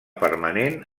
permanent